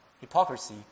hypocrisy